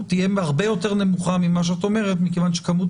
תהיה הרבה יותר נמוכה ממה שאת אומרת מכיוון שכמות